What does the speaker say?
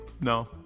No